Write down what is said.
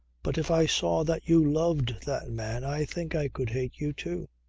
but if i saw that you loved that man i think i could hate you too.